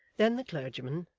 then the clergyman,